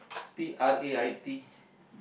T R A I T